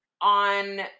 on